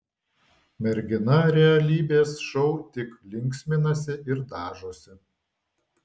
mergina realybės šou tik linksminasi ir dažosi